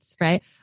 right